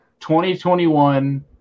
2021